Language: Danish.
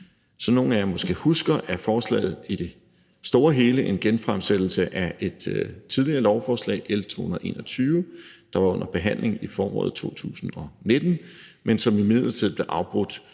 Som nogle af jer måske husker, er forslaget i det store hele en genfremsættelse af et tidligere lovforslag, L 221, der var under behandling i foråret 2019, men som imidlertid blev afbrudt